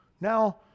Now